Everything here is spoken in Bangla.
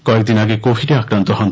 কয়েকদিন আগে কোভিডে আক্রান্ত হন